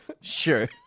sure